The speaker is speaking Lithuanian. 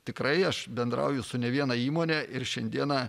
tikrai aš bendrauju su ne viena įmonę ir šiandieną